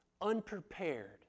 unprepared